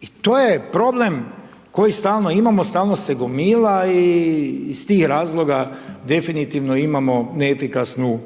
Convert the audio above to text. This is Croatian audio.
I to je problem koji stalno imamo, stalno se gomila i iz tih razloga definitivno imamo neefikasnu